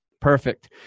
Perfect